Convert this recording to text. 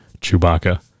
Chewbacca